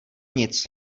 nic